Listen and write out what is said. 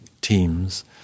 teams